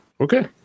Okay